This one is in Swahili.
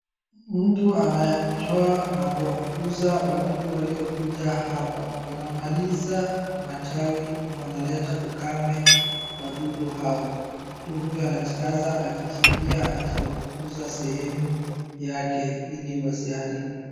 Mtu anayetoa na kuwafukunza wadudu waliokuja hapa wanamaliza matawi wanaleta ukame wadudu hao . Mtu huyu anajikaza akikimbia akiwafukuza sehemu yake iliwasiharibu.